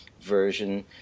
version